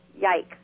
yikes